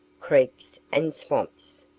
creeks, and swamps,